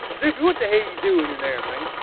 doopey, what the hell you doing in there man?